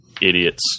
idiots